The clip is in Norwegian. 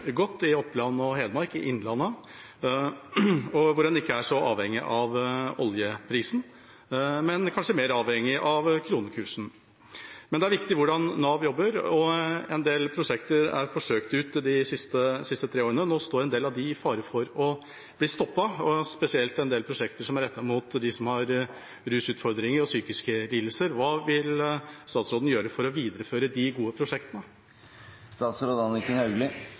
godt i Oppland og Hedmark, i Innlandet, hvor en ikke er så avhengig av oljeprisen, men kanskje mer avhengig av kronekursen. Men det er viktig hvordan Nav jobber, og en del prosjekter er forsøkt ut de siste tre årene. Nå står en del av dem i fare for å bli stoppet, og spesielt en del prosjekter som er rettet mot dem som har rusutfordringer og psykiske lidelser. Hva vil statsråden gjøre for å videreføre de gode